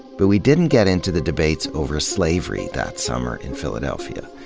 but we didn't get into the debates over slavery that summer in philadelphia.